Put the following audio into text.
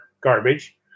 garbage